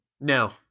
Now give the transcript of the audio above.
No